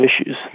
issues